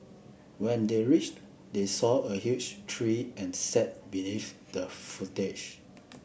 when they reached they saw a huge tree and sat beneath the foliage